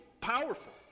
powerful